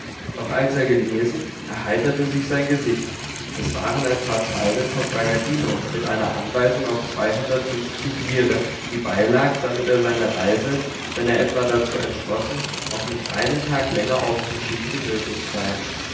doch als er gelesen erheiterte sich sein gesicht es waren ein paar zeilen von bragadino mit einer anweisung auf zweihundertfünfzig lire die beilag damit er seine reise wenn er etwa dazu entschlossen auch nicht einen tag länger aufzuschieben genötigt sei